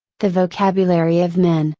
the vocabulary of men,